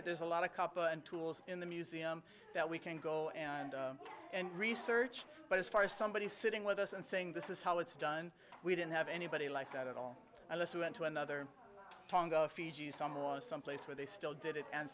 it there's a lot of cuppa and tools in the museum that we can go and research but as far as somebody sitting with us and saying this is how it's done we didn't have anybody like that at all unless we went to another fiji someone someplace where they still did it and